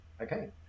Okay